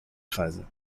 kreise